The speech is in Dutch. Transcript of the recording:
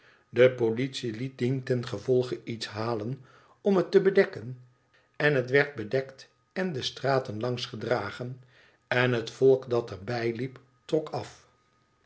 de politie liet dientengevolge iets halen om het te bedekken en het werd bedekt en de straten langs gedragen en het volk dat er bij liep trok af